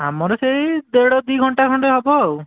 ଆମର ସେଇ ଦେଢ଼ ଦୁଇ ଘଣ୍ଟା ଖଣ୍ଡେ ହେବ ଆଉ